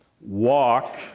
walk